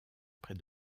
près